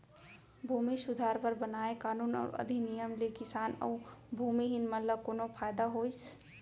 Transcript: भूमि सुधार बर बनाए कानून अउ अधिनियम ले किसान अउ भूमिहीन मन ल कोनो फायदा होइस?